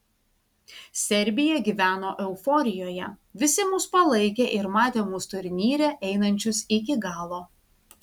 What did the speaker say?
serbija gyveno euforijoje visi mus palaikė ir matė mus turnyre einančius iki galo